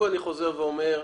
אני חוזר ואומר.